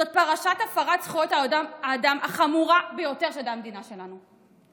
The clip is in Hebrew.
זאת פרשת הפרת זכויות האדם החמורה ביותר שידעה המדינה שלנו.